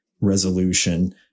resolution